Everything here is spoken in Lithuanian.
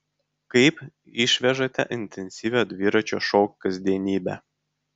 kaip išvežate intensyvią dviračio šou kasdienybę